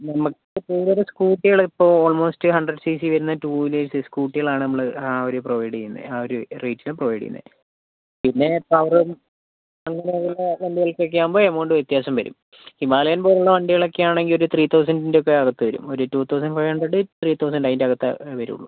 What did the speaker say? നമുക്ക് കൂടുതലും സ്കൂട്ടികളിപ്പോൾ ഓള്മോസ്റ്റ് ഹണ്ട്രഡ് സി സി വരുന്ന ടു വീലേര്സ് സ്കൂട്ടികളാണ് നമ്മൾ ആ ഒരു പ്രൊവൈഡ് ചെയ്യുന്നത് ആ ഒരു റേറ്റിന് പ്രൊവൈഡ് ചെയ്യുന്നത് പിന്നെ പവർ കുറവുള്ള വണ്ടികള്ക്കൊക്കെ ആവുമ്പോൾ എമൗണ്ട് വ്യത്യാസം വരും ഹിമാലയന് പോലെയുള്ള വണ്ടികളൊക്കെ ആണെങ്കിൽ ഒരു ത്രീ തൗസന്റ്റിന്റെയൊക്കെ അകത്തു വരും ഒരു two thousand five hundred three thousand അതിന്റെ അകത്തേ വരുള്ളൂ